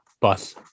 bus